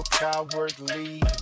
cowardly